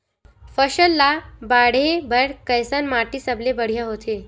फसल ला बाढ़े बर कैसन माटी सबले बढ़िया होथे?